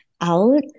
out